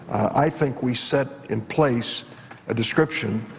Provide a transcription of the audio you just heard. i think we set in place a description,